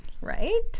right